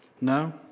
No